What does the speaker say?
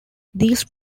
these